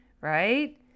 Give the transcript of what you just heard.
Right